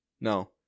no